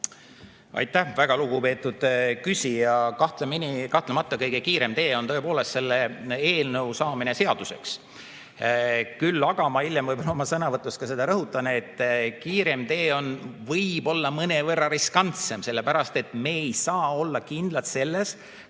Aitäh, väga lugupeetud küsija! Kahtlemata kõige kiirem tee on tõepoolest selle eelnõu saamine seaduseks. Küll aga, ma hiljem oma sõnavõtus seda võib‑olla ka rõhutan, võib kiireim tee olla mõnevõrra riskantsem, sellepärast et me ei saa olla kindlad selles,